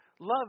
Love